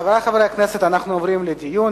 חברי חברי הכנסת, אנחנו עוברים לדיון.